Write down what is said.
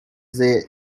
their